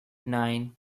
nine